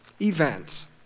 Events